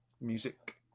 music